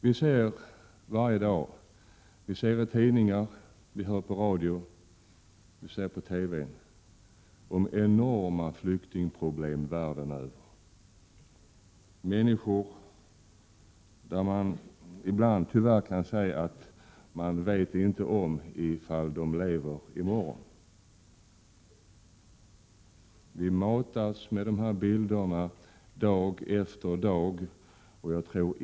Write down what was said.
Varje dag kan vi läsa i tidningarna, höra i radio och se på TV om de enorma flyktingproblem som råder världen över. Det handlar om människor om vilka man tyvärr inte vet ifall de kommer att leva i morgon. Vi matas med dessa bilder dag efter dag.